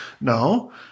no